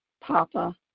Papa